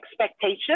expectation